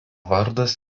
vardas